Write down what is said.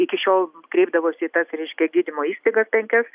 iki šiol kreipdavosi į tas reiškia gydymo įstaigas penkias